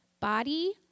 Body